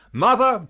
mother,